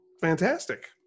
fantastic